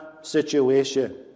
situation